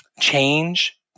change